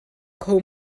kho